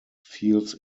fields